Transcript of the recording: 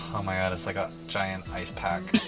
oh my god, it's like a giant icepack.